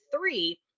three